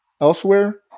elsewhere